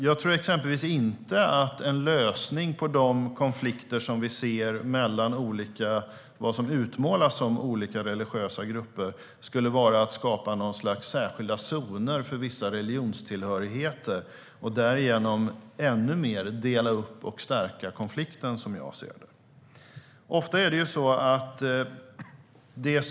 Jag tror inte att en lösning på de konflikter vi ser mellan det som utmålas som olika religiösa grupper är att skapa särskilda zoner för vissa religionstillhörigheter. Då skulle vi förstärka konflikten ännu mer, som jag ser det.